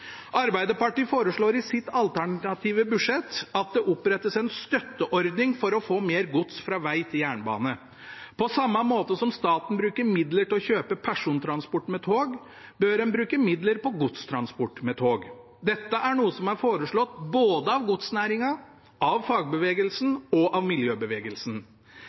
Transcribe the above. Arbeiderpartiet foreslår i sitt alternative budsjett at det opprettes en støtteordning for å få mer gods fra veg til jernbane. På samme måte som staten bruker midler til å kjøpe persontransport med tog, bør en bruke midler på godstransport med tog. Dette er noe som er foreslått både av godsnæringen, av fagbevegelsen og av miljøbevegelsen.